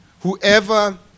whoever